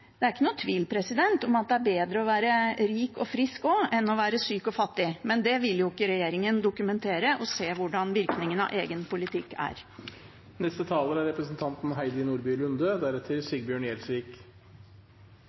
enn å ikke ha en jobb. Det er heller ikke noen tvil om at det er bedre å være rik og frisk enn å være syk og fattig. Men regjeringen vil jo ikke dokumentere og se hvordan virkningene av deres egen politikk er.